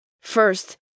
First